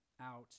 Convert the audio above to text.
out